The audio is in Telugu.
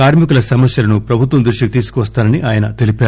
కార్మికుల సమస్యలను ప్రభుత్వం దృష్టికి తీసుకువస్తానని ఆయన తెలిపారు